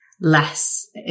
less